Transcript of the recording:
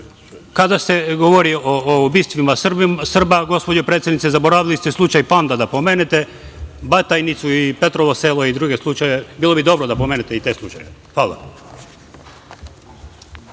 se govori o ubistvima Srba, gospođo predsednice, zaboravili ste slučaj Panda da pomenete, Batajnicu i Petrovo Selo i druge slučajeve. Bilo bi dobro da pomenete i te slučajeve. Hvala.